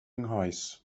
nghoes